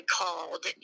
called